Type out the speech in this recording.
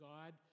God